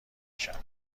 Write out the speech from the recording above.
شنبه